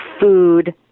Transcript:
food